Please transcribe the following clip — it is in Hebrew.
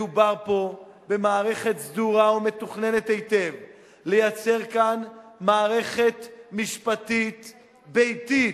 מדובר פה במערכת סדורה ומתוכננת היטב לייצר כאן מערכת משפטית ביתית,